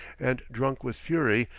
and drunk with fury,